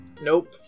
Nope